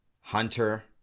Hunter